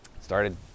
started